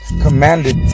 commanded